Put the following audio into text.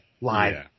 live